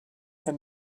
and